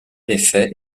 effet